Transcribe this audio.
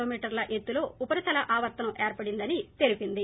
లోమీటర్ల ఎత్తులో ఉపరితల ఆవర్తనం ఏర్పడిందని తెలిపింది